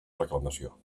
reclamació